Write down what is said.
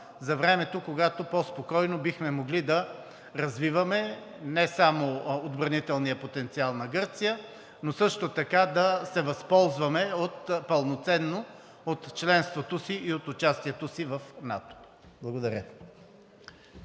във времето, когато по-спокойно бихме могли да развиваме не само отбранителния потенциал на Гърция, но също така пълноценно да се възползваме от членството си и от участието си в НАТО. Благодаря.